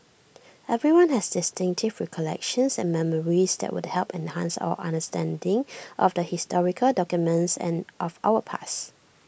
everyone has distinctive recollections and memories that would help enhance our understanding of the historical documents and of our past